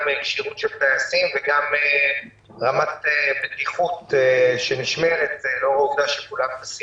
גם כשירות של טייסים וגם רמת בטיחות שנשמרת לאור העובדה שכולם טסים.